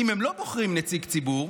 אם הם לא בוחרים נציג ציבור,